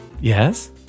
Yes